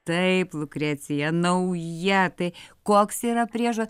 taip lukrecija nauja tai koks yra priežo